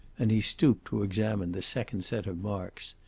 and he stooped to examine the second set of marks.